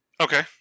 Okay